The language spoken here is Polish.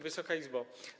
Wysoka Izbo!